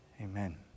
Amen